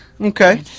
Okay